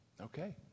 Okay